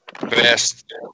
Best